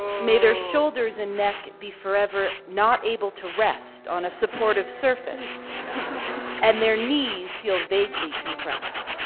may their shoulders and neck be forever not able to rest on a supportive surface and their knees feel vaguely compressed.